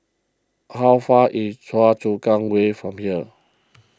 how far away is Choa Chu Kang Way from here